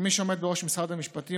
כמי שעומד בראש משרד המשפטים,